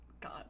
God